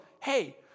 Hey